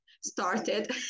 started